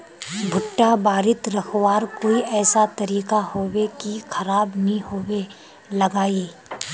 भुट्टा बारित रखवार कोई ऐसा तरीका होबे की खराब नि होबे लगाई?